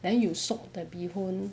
then you soak the bee hoon